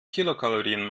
kilokalorien